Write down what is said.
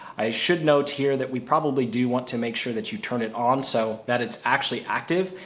i should note here that we probably do want to make sure that you turn it on so that it's actually active.